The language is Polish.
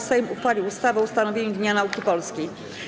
Sejm uchwalił ustawę o ustanowieniu Dnia Nauki Polskiej.